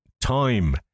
time